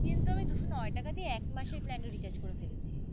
কিন্তু আমি দুশো নয় টাকা দিয়ে এক মাসের প্ল্যান রিচার্জ করে ফেলেছি